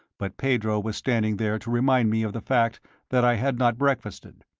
but pedro was standing there to remind me of the fact that i had not breakfasted.